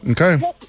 Okay